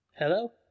hello